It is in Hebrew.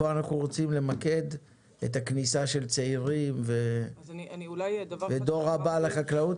פה אנחנו רוצים למקד ולדבר על הכניסה של הצעירים והדור הבא לחקלאות.